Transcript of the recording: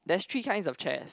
there's three kinds of chairs